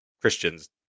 Christians